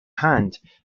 hand